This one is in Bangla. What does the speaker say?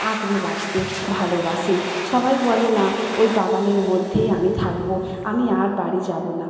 আঁকড়ে বাঁচতে ভালোবাসে সবাই বলে না ওই বাগানের মধ্যেই আমি থাকব আমি আর বাড়ি যাব না